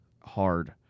hard